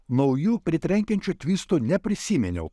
naujų pritrenkiančių tvistų neprisiminiau